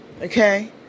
okay